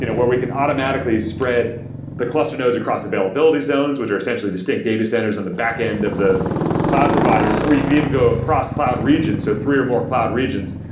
you know where we can automatically spread the cluster nodes across availability zones, which are essentially distinct data centers on the backend of the cloud providers, or you could even go across cloud regions, so three or more cloud regions.